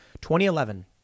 2011